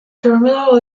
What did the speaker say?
terminal